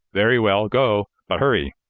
very well, go but hurry.